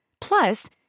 Plus